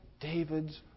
David's